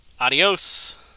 Adios